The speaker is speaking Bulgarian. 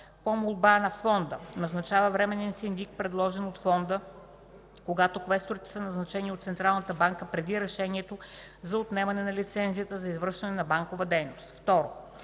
по молба от Фонда назначава временен синдик, предложен от Фонда, когато квесторите са назначени от Централната банка преди решението за отнемане на лицензията за извършване на банкова дейност.”